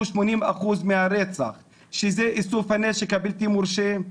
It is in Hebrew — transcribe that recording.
80% מהרצח שזה איסוף הנשק הבלתי מורשה,